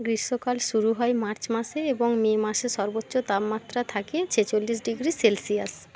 গ্রীষ্মকাল শুরু হয় মার্চ মাসে এবং মে মাসে সর্বোচ্চ তাপমাত্রা থাকে ছেচল্লিশ ডিগ্রি সেলসিয়াস